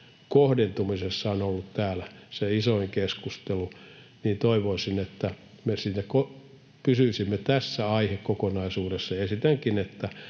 kohdentumisesta on ollut täällä se isoin keskustelu, niin toivoisin, että me pysyisimme tässä aihekokonaisuudessa. Esitänkin, että